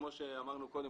כפי שאמרנו קודם,